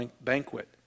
Banquet